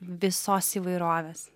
visos įvairovės